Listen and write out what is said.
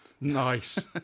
Nice